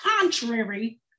Contrary